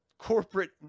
corporate